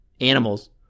animals